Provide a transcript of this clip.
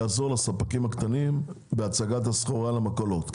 יעזור לספקים הקטנים בהצגת הסחורה למכולות,